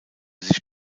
sich